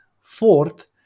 Fourth